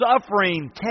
suffering